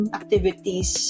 activities